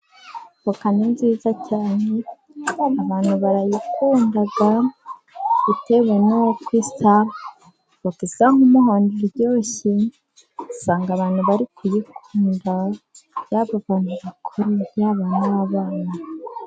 Voka ni nziza cyane abantu barayikunda, bitewe n'uko isa. Voka isa nk'umuhondo iba iryoshye usanga abantu bari kuyikunda, yaba abantu bakuru yaba n'abana.